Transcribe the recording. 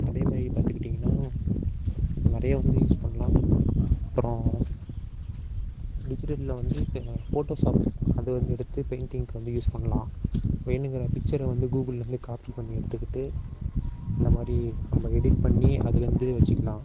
அதே மாரி கற்றுக்கிட்டீங்கன்னா நிறையா வந்து யூஸ் பண்ணலாம் அப்புறம் டிஜிட்டலில் வந்து ஃபோட்டோஷாப் அதை வந்து எடுத்து பெயிண்டிங்குக்கு வந்து யூஸ் பண்ணலாம் வேணும்ங்கிற பிக்ச்சரை வந்து கூகுள்லேருந்து காப்பி பண்ணி எடுத்துக்கிட்டு அந்த மாதிரி நம்ம எடிட் பண்ணி அதுலேருந்து வெச்சுக்கலாம்